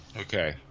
Okay